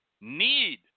need